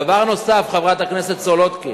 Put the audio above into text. דבר נוסף, חברת הכנסת סולודקין,